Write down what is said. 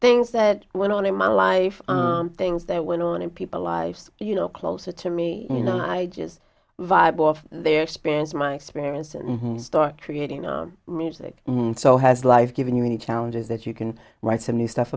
things that went on in my life things that went on in people's lives you know closer to me you know i just vibe off their experience my experience and start creating music so has life given you any challenges that you can write some new stuff